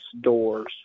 doors